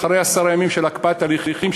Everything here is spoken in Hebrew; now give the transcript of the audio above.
אחרי עשרה ימים של הקפאת הליכים,